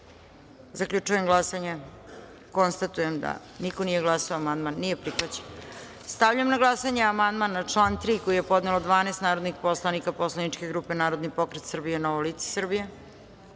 Srbije. Zaključujem glasanje. Konstatujem da niko nije glasao. Amandman nije prihvaćen. Stavljam na glasanje amandman na član 4. koji je podnelo 12 narodnih poslanika poslaničke grupe Narodni pokret Srbije - Novo lice